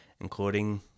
including